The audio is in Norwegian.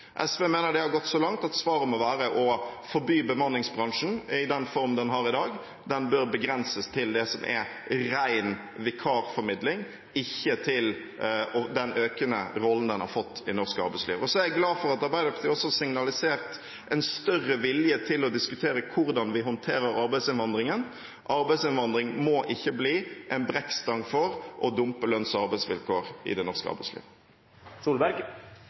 SV mener det har gått så langt at svaret må være å forby bemanningsbransjen i den form den har i dag. Den bør begrenses til det som er ren vikarformidling, og ikke til den økende rollen den har fått i norsk arbeidsliv. Jeg er glad for at Arbeiderpartiet også har signalisert en større vilje til å diskutere hvordan vi håndterer arbeidsinnvandringen. Arbeidsinnvandring må ikke bli en brekkstang for å dumpe lønns- og arbeidsvilkår i det norske arbeidslivet.